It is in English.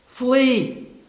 Flee